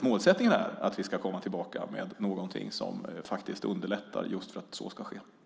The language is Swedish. Målsättningen är att vi ska komma tillbaka med någonting som faktiskt underlättar för att just det ska ske.